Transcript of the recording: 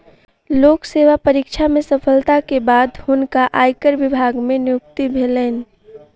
लोक सेवा परीक्षा में सफलता के बाद हुनका आयकर विभाग मे नियुक्ति भेलैन